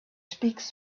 speaks